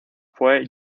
fue